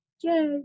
Yay